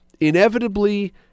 inevitably